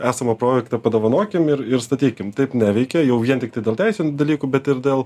esamą projektą padovanokim ir ir statykim taip neveikia jau vien tiktai dėl teisinių dalykų bet ir dėl